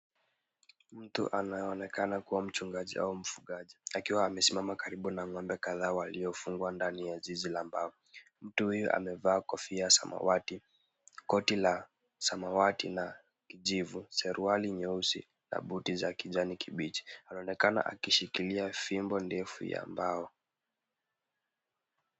Mtu anayeonekana kuwa mchungaji au mfugaji akiwa amesimama karibu na ng'ombe kadhaa waliofungwa ndani ya zizi la mbao. Mtu huyu amevaa kofia ya samawati, koti la samawati na kijivu, suruali nyeupe na buti za kijani kibichi. Anaonekana akishikilia fimbo ndefu ya mbao.